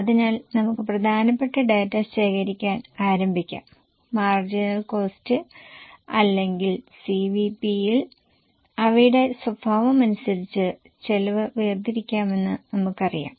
അതിനാൽ നമുക്ക് പ്രധാനപ്പെട്ട ഡാറ്റ ശേഖരിക്കാൻ ആരംഭിക്കാം മാർജിനൽ കോസ്ററ് അല്ലെങ്കിൽ CVP യിൽ അവയുടെ സ്വഭാവമനുസരിച്ച് ചെലവ് വേർതിരിക്കാമെന്ന് നമുക്കറിയാം